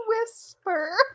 whisper